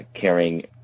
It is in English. carrying